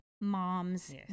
moms